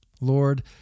Lord